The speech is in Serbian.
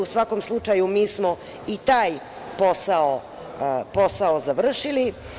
U svakom slučaju, mi smo i taj posao završili.